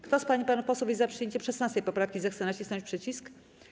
Kto z pań i panów posłów jest za przyjęciem 16. poprawki, zechce nacisnąć przycisk.